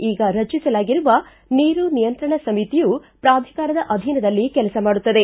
ಈಗ ರಚಿಸಲಾಗಿರುವ ನೀರು ನಿಯಂತ್ರಣ ಸಮಿತಿಯು ಪ್ರಾಧಿಕಾರದ ಅಧೀನದಲ್ಲಿ ಕೆಲಸ ಮಾಡುತ್ತದೆ